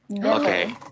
Okay